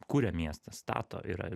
kuria miestą stato yra